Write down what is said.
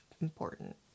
important